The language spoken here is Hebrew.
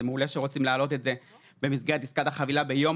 זה מעולה שרוצים להעלות את זה במסגרת עסקת החבילה ביום,